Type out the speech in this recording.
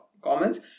comments